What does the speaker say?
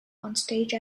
onstage